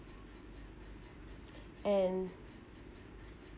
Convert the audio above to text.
and